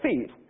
feet